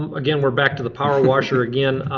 um again we're back to the power washer again.